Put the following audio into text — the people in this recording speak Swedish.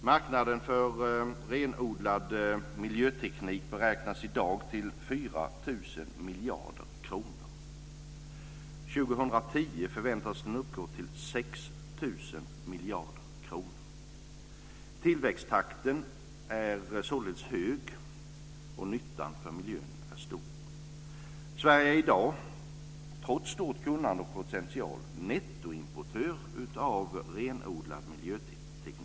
Marknaden för renodlad miljöteknik beräknas i dag till 4 000 miljarder kronor. 2010 förväntas den uppgå till 6 000 miljarder kronor. Tillväxttakten är således hög, och nyttan för miljön är stor. Sverige är i dag, trots stort kunnande och potential, nettoimportör av renodlad miljöteknik.